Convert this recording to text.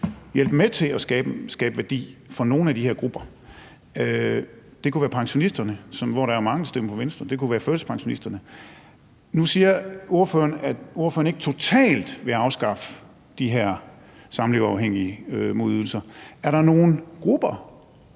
hjælpe med til at skabe værdi for nogle af de her grupper; det kunne være pensionisterne, hvoraf mange stemmer på Venstre, det kunne være førtidspensionisterne. Nu siger ordføreren, at ordføreren ikke totalt vil afskaffe de her samleverafhængige modydelser. Er der nogen dele